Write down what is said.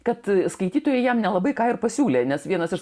kad skaitytojai jam nelabai ką ir pasiūlė nes vienas iš